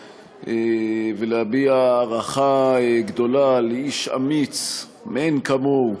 ולהביע הערכה גדולה לאיש אמיץ מאין כמוהו,